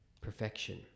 perfection